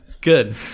Good